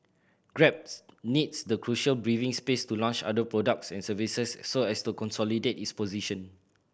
grab needs the crucial breathing space to launch other products and services so as to consolidate its position